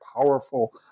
powerful